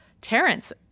Terrence